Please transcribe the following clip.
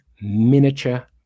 miniature